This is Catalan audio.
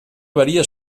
varia